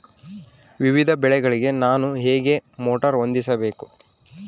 ವಿವಿಧ ಬೆಳೆಗಳಿಗೆ ನಾನು ಹೇಗೆ ಮೋಟಾರ್ ಹೊಂದಿಸಬೇಕು?